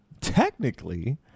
Technically